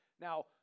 Now